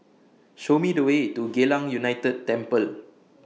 Show Me The Way to Geylang United Temple